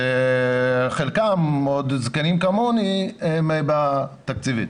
חלקם, זקנים כמוני, בתקציבית.